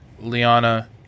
Liana